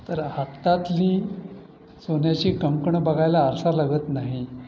तर हातातली सोन्याची कंकणं बघायला आरसा लागत नाही